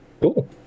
cool